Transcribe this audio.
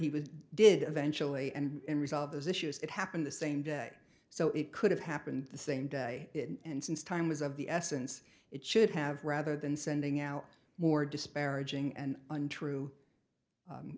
he was did eventually and resolve those issues that happened the same day so it could have happened the same day and since time was of the essence it should have rather than sending out more disparaging and untrue